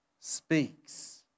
speaks